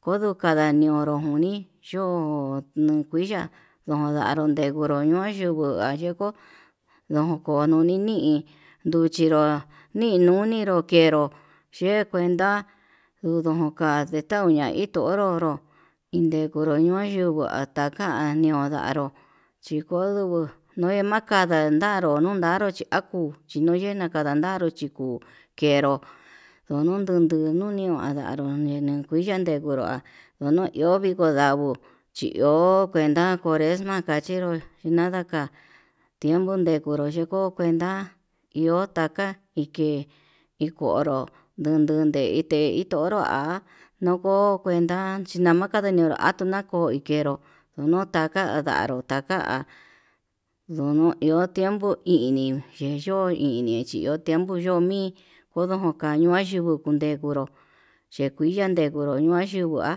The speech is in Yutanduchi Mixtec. kondo kanda niuro kuu ni yo'ó nikuiya ndondanguro yenguru ñoi yunguu ayengu ndokono nini nduchinro nii nunero kenro yee kuenta, ndudu ka0a iatauña ito'o onroro nikenro ñoo yuu ndungua takani ño'o ndanró chikondungu noe nakara nondanro chi akuu chinoyena kandan ndanró chikuu kenró, ndondon tutun ndunikanda ndanro ninikuiya ndengunroa no ihviko ndanguo chi iho kuenta cuaresma kachinró inandaka tiempo ndikonró kuenta iho taka ike ikonró ndudute ite itonroa nuko kuenta chí ndamaka nikuen ti'ó akoo nao ikenró unuotaka ndanro ono taka ndono iho tiempo ini yeyo ini chi iho tiempo yo'o mii kondo kañon yuku undenguro chekui nandenguro ño'o chiva'a.